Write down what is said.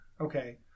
okay